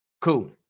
Cool